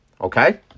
okay